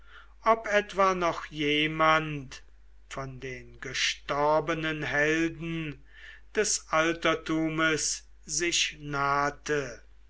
ob etwa noch jemand von den gestorbenen helden des altertumes sich nahte